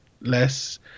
less